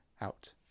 Out